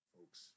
Folks